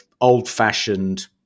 old-fashioned